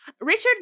Richard